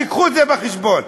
תביאו את זה בחשבון.